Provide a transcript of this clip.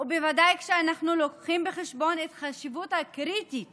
ובוודאי כשאנחנו מביאים בחשבון את החשיבות הקריטית